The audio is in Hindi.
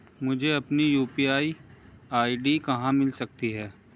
मुझे अपनी यू.पी.आई आई.डी कहां मिल सकती है?